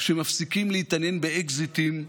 שמפסיקים להתעניין באקזיטים,